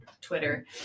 Twitter